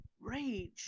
rage